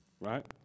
right